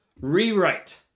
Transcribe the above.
rewrite